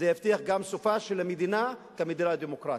זה יבטיח גם את סופה של המדינה כמדינה דמוקרטית.